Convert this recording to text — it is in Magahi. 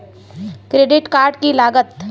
क्रेडिट कार्ड की लागत?